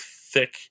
thick